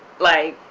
like,